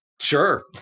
sure